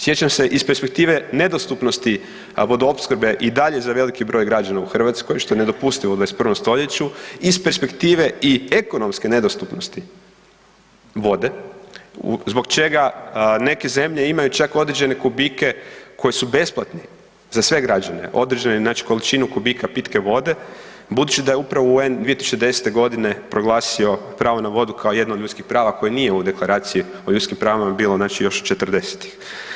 Sjećam se iz perspektive nedostupnosti vodoopskrbe i dalje za veliki broj građana u Hrvatskoj, što je nedopustivo u 21. st., iz perspektive i ekonomske nedostupnosti vode zbog čega neke zemlje imaju čak određene kubike koji su besplatni za sve građane, određene znači količinu kubika pitke vode budući da je upravo UN 2010.g. proglasio pravo na vodu kao jedno od ljudskih prava koje nije u Deklaraciji o ljudskim pravima bilo još četrdesetih.